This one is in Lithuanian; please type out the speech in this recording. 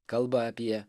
kalba apie